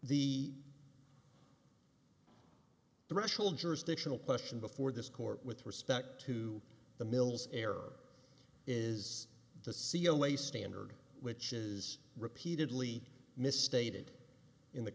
the threshold jurisdictional question before this court with respect to the mills error is the c e o a standard witches repeatedly misstated in the